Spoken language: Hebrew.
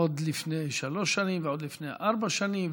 עוד לפני שלוש שנים ועוד לפני ארבע שנים,